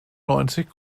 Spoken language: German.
neunzig